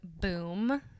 Boom